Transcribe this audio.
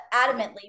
adamantly